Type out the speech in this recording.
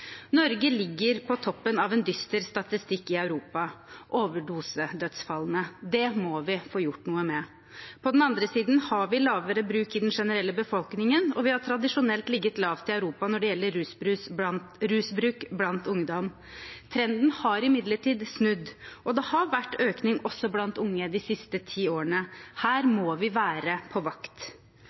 Norge ligger på toppen av en dyster statistikk i Europa – overdosedødsfallene. Det må vi få gjort noe med. På den andre siden har vi mindre bruk i den generelle befolkningen, og vi har tradisjonelt ligget lavt i Europa når det gjelder rusbruk blant ungdom. Trenden har imidlertid snudd, og det har vært en økning også blant unge de siste ti årene. Her må vi være på vakt.